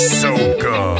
soca